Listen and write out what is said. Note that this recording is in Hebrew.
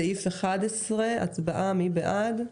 סעיף מספר 11, הצבעה, מי בעד?